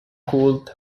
cooled